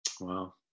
Wow